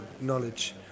knowledge